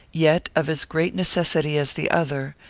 yet of as great necessity as the other,